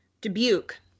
Dubuque